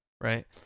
right